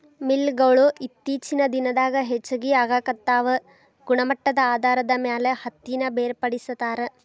mill ಗೊಳು ಇತ್ತೇಚಿನ ದಿನದಾಗ ಹೆಚಗಿ ಆಗಾಕತ್ತಾವ ಗುಣಮಟ್ಟದ ಆಧಾರದ ಮ್ಯಾಲ ಹತ್ತಿನ ಬೇರ್ಪಡಿಸತಾರ